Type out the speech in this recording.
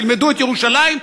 תלמדו את ירושלים,